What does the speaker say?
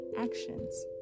actions